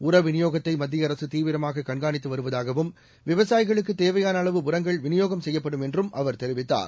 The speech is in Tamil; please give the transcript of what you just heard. உர விநியோகத்தை மத்திய அரசு தீவிரமாக கண்காணித்து வருவதாகவும் விவசாயிகளுக்குத் தேவையான அளவு உரங்கள் விநியோகம் செய்யப்படும் அவர் தெரிவித்தார்